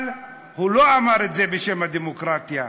אבל הוא לא אמר את זה בשם הדמוקרטיה.